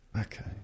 Okay